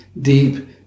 deep